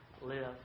live